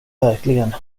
verkligen